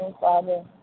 Father